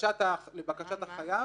לבקשת החייב,